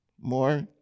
more